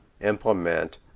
implement